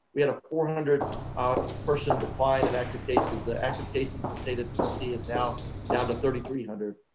we had a four hundred person decline in active cases. the active cases in the state of tennessee is now down to three thousand three hundred.